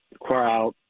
crowd